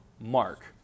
Mark